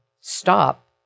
stop